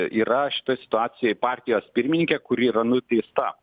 yra šitoj situacijoj partijos pirmininkė kuri yra nuteista